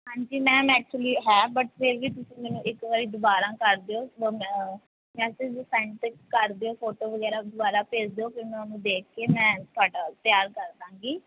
ਹਾਂਜੀ ma'am actually ਹੈ but ਫਿਰ ਵੀ ਤੁਸੀਂ ਮੈਨੂੰ ਇੱਕ ਵਾਰ ਦੁਬਾਰਾ ਕਰ ਦਿਓ ਮੈਸਜ ਸੈਂਡ ਕਰ ਦਿਓ ਫੋਟੋ ਵਗੈਰਾ ਦੁਬਾਰਾ ਭੇਜ ਦਿਓ ਫਿਰ ਮੈਂ ਉਹਨੂੰ ਦੇਖ ਕੇ ਮੈਂ ਤੁਹਾਡਾ ਤਿਆਰ ਕਰਦਾਂਗੀ